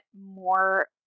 more